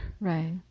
Right